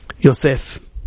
Yosef